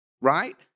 right